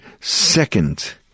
second